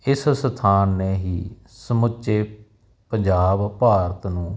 ਇਸ ਸਥਾਨ ਨੇ ਹੀ ਸਮੁੱਚੇ ਪੰਜਾਬ ਭਾਰਤ ਨੂੰ